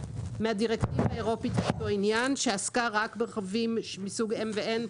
מהדירקטיבה האירופית באותו עניין שעסקה רק ברכבים מסוג M ו-N,